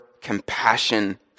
compassion